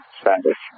status